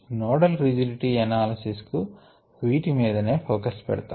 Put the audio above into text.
nodal rigidity analysis కు వీటి మీదనే ఫోకస్ పెడతారు